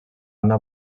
una